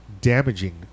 damaging